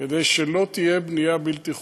כדי שלא תהיה בנייה בלתי חוקית.